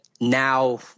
now